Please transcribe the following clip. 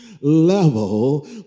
level